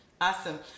Awesome